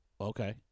Okay